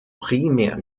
primär